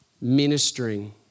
ministering